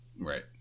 Right